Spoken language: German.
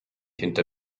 hinter